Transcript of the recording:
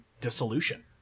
dissolution